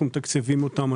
אנחנו מתקצבים אותן,